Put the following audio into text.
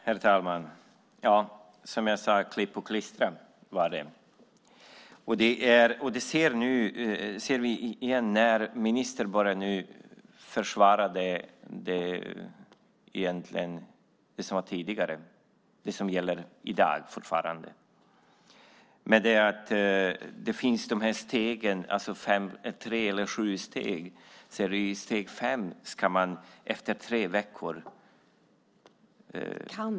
Herr talman! Som jag sade: klipp och klistra. Det ser vi nu igen när ministern försvarade det som fortfarande gäller i dag. Det finns dessa tre eller sju steg. Vid steg fem ska efter tre veckor .